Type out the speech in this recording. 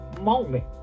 moment